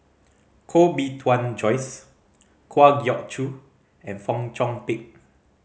Koh Bee Tuan Joyce Kwa Geok Choo and Fong Chong Pik